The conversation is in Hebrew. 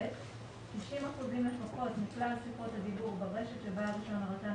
60 אחוזים לפחות מכלל שיחות הדיבור ברשת של בעל רישיון הרט"ן